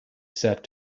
said